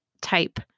type